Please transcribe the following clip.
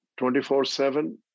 24-7